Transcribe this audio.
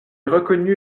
reconnu